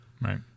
Right